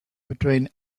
between